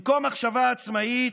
במקום מחשבה עצמאית,